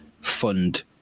fund